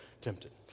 tempted